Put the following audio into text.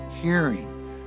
hearing